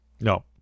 No